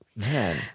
Man